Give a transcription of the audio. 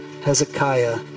Hezekiah